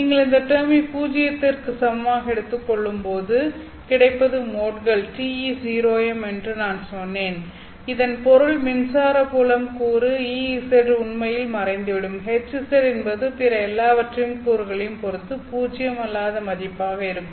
நீங்கள் இந்த டெர்மை பூஜ்ஜியத்திற்கு சமமாக எடுத்துக் கொள்ளும்போது கிடைப்பது மோட்கள் TE0M என்று நான் சொன்னேன் இதன் பொருள் மின்சார புலம் கூறு Ez உண்மையில் மறைந்துவிடும் Hz என்பது பிற எல்லாவற்றையும் கூறுகளையும் பொருத்து பூஜ்ஜியம் அல்லாத மதிப்பாக இருக்கும்